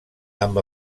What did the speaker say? amb